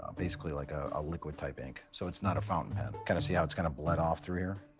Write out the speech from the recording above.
um basically, like, a liquid type ink. so it's not a fountain pen. kind of see how it's kind of bled off through here?